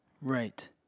Right